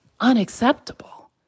unacceptable